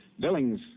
Billings